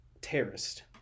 terrorist